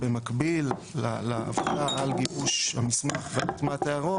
במקביל לעבודה על גיבוש המוסמך והטעמת ההערות,